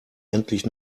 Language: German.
endlich